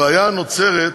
הבעיה נוצרת,